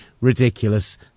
ridiculous